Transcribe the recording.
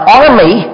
army